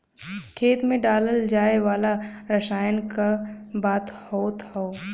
खेत मे डालल जाए वाला रसायन क बात होत हौ